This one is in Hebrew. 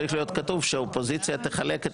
צריך להיות כתוב שהאופוזיציה תחלק את